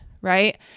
right